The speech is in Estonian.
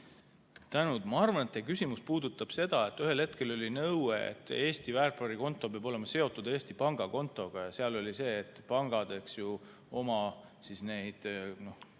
Ma arvan, et teie küsimus puudutab seda, et ühel hetkel oli nõue, et Eesti väärtpaberikonto peab olema seotud Eesti pangakontoga. Seal oli see, et pangad oma